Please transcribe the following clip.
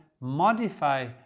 modify